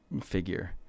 figure